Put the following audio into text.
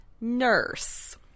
nurse